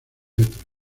letras